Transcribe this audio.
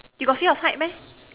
you got fear of height meh